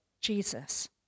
Jesus